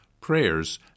prayers